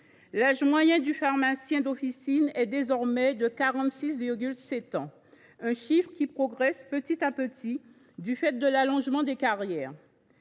L’âge moyen du pharmacien d’officine est désormais de 46,7 ans, et il augmente petit à petit du fait de l’allongement des carrières.